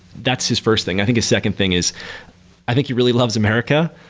that's his first thing. i think his second thing is i think he really loves america.